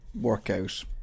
workout